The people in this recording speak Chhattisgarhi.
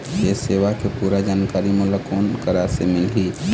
ये सेवा के पूरा जानकारी मोला कोन करा से मिलही?